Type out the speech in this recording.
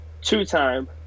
two-time